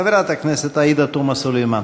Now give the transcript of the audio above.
חברת הכנסת עאידה תומא סלימאן.